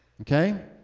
Okay